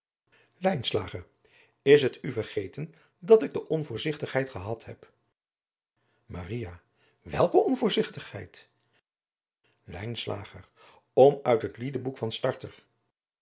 is het u vergeten dat ik de onvoorzigtigheid gehad heb maria welk eene onvoorzigtigheid lijnslager om uit het liedeboek van